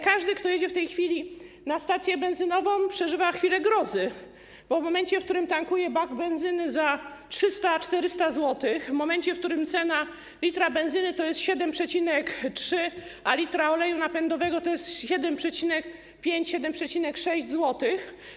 Każdy, kto jedzie w tej chwili na stację benzynową, przeżywa chwile grozy, bo to moment, w którym tankuje bak benzyny za 300-400 zł, moment, w którym cena litra benzyny to 7,3, a litra oleju napędowego 7,5-7,6 zł.